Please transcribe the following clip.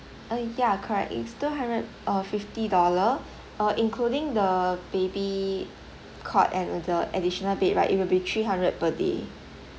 uh ya correct it's two hundred uh fifty dollar uh including the baby cot and with the additional bed right it will be three hundred per day